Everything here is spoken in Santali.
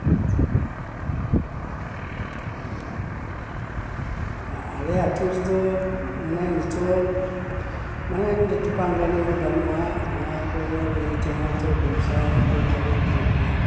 ᱦᱮᱸ ᱟᱞᱮᱭᱟᱜ ᱚᱯᱤᱥ ᱫᱚ ᱢᱟᱱᱮ ᱱᱤᱛᱳᱜ ᱢᱟᱱᱮ ᱫᱚᱠᱟᱱ ᱫᱟᱱᱤ ᱦᱚᱸ ᱵᱟᱹᱱᱩᱜᱼᱟ ᱚᱱᱟ ᱠᱚ ᱱᱤᱭᱟᱹ ᱛᱮᱦᱚᱸ ᱛᱚ ᱵᱮᱵᱥᱟ ᱦᱩᱭ ᱫᱟᱲᱮ ᱠᱚᱜ ᱠᱮᱭᱟ